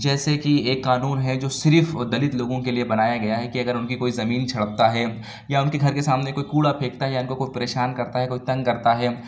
جیسے کہ ایک قانون ہے جو صرف وہ دلت لوگوں کے لیے بنایا گیا ہے کہ اگر ان کی کوئی زمین جھڑپتا ہے یا ان کے گھر کے سامنے کوئی کوڑا پھینکتا ہے یا کوئی ان کو پریشان کرتا ہے کوئی تنگ کرتا ہے